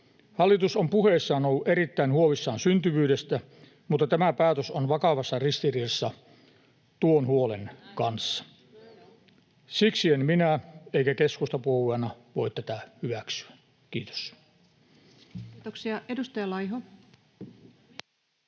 Hallitus on puheissaan ollut erittäin huolissaan syntyvyydestä, mutta tämä päätös on vakavassa ristiriidassa tuon huolen kanssa. [Krista Kiuru: Näin on!] Siksi en minä eikä keskusta puolueena voi tätä hyväksyä. — Kiitos. [Speech